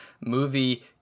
movie